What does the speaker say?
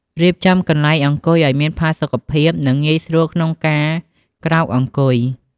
រៀបចំកន្លែងអង្គុយឲ្យមានផាសុកភាព និងងាយស្រួលក្នុងការក្រោកអង្គុយ។